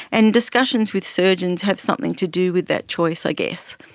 and discussions with surgeons have something to do with that choice i guess.